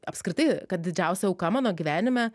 apskritai kad didžiausia auka mano gyvenime